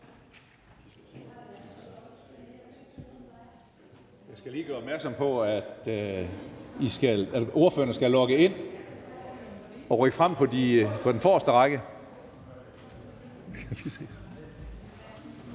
Jeg skal lige gøre opmærksom på, at ordførerne skal rykke frem på forreste række